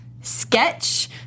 sketch